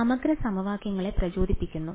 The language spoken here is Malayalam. സമഗ്ര സമവാക്യങ്ങളെ പ്രചോദിപ്പിക്കുന്നു